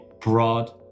broad